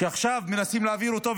שעכשיו מנסים להעביר אותו,